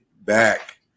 back